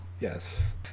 Yes